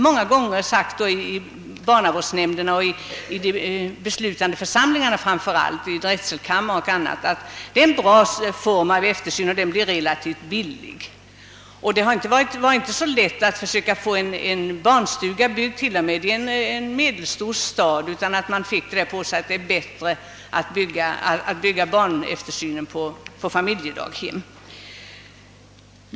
Då har man sagt i barnavårdsnämnderna och framför allt i beslutande församlingar, drätselkamrarna bl.a., att familjedaghem är en form av barntillsyn, som blir relativt billig. Det har inte ens i en medelstor stad alltid varit så lätt att få till stånd en barnstuga. Man har i stället fått beskedet att det är bättre att försöka placera barnen i familjedaghem.